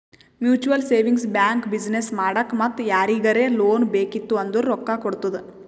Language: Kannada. ಮ್ಯುಚುವಲ್ ಸೇವಿಂಗ್ಸ್ ಬ್ಯಾಂಕ್ ಬಿಸಿನ್ನೆಸ್ ಮಾಡಾಕ್ ಮತ್ತ ಯಾರಿಗರೇ ಲೋನ್ ಬೇಕಿತ್ತು ಅಂದುರ್ ರೊಕ್ಕಾ ಕೊಡ್ತುದ್